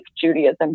Judaism